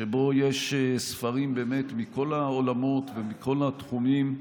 שבו יש ספרים באמת מכל העולמות ומכל התחומים.